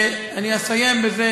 אני אסיים בזה